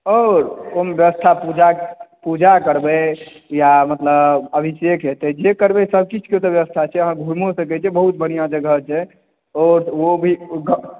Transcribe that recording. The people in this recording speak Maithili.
आओर कोनो व्यवस्था पूजा करबै या मतलब अभिषेक हेतै जे करबै से सब किछुके ओतऽ व्यवस्था छै अहाँ घुमियो सकै छी बहुत बढ़िऑं जगह छै ओ भी